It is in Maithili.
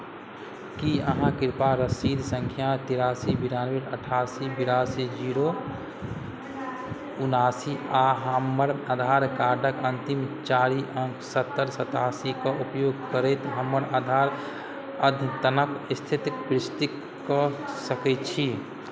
की अहाँ कृपया रसीद सङ्ख्या तिरासी बिरानबे अठासी बिरासी जीरो उनासी आ हमर आधार कार्डक अन्तिम चारि अङ्क सत्तरि सतासीक उपयोग करैत हमर आधार अद्यतनक स्थितिक पुष्टि कऽ सकैत छी